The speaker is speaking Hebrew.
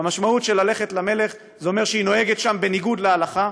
והמשמעות של ללכת למלך זה אומר שהיא נוהגת שם בניגוד להלכה.